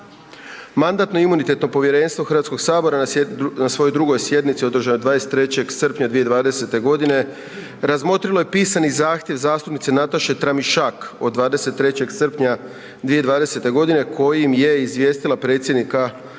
Mandatno-imunitetno povjerenstvo Hrvatskoga sabora na 2. sjednici održanoj 23. srpnja 2020. godine razmotrilo je pisani zahtjev zastupnice Nataše Tramišak od 23. srpnja 2020. godine kojim je izvijestila predsjednika Hrvatskog